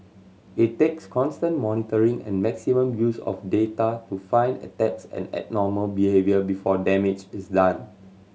it takes constant monitoring and maximum use of data to find attacks and abnormal behaviour before damage is done